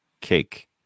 cake